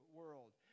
world